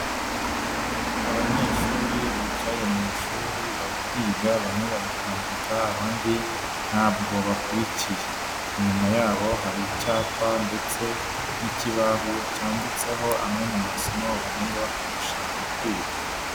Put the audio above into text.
Abanyeshuri bicaye mu ishuri bari kwiga bamwe bari kwandika abandi ntabwo bakurikiye, inyuma yabo hari icyapa ndetse n'ikibaho cyanditseho amwe mu masomo bagenda bakoresha mu kwiga.